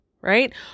right